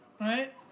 Right